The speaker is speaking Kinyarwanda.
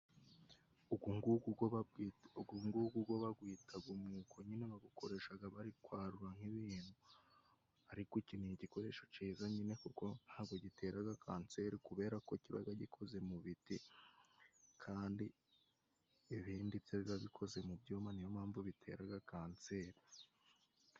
Ugo ng'ugo gwo bagwitaga umwuko nyine bagukoreshaga bari kwarura nk'ibintu, ariko ukeneye igikoresho ciza nyine kuko ntagwo giteraga kanseri kubera kibaga gikoze mu biti kandi ibindi byo biba bikoze mu byuma niyo mpamvu biteraga kanseri.